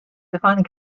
defining